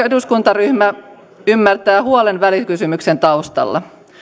eduskuntaryhmä ymmärtää huolen välikysymyksen taustalla